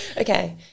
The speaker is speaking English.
Okay